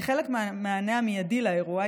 כחלק מהמענה המיידי לאירוע,